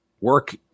work